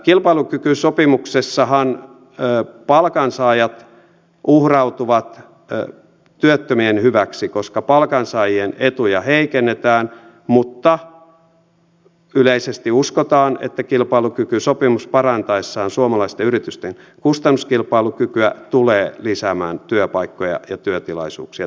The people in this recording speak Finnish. kilpailukykysopimuksessahan palkansaajat uhrautuvat työttömien hyväksi koska palkansaajien etuja heikennetään mutta yleisesti uskotaan että kilpailukykysopimus parantaessaan suomalaisten yritysten kustannuskilpailukykyä tulee lisäämään työpaikkoja ja työtilaisuuksia työttömille